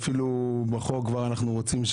בחוק אנחנו רוצים,